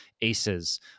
ACEs